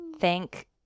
thank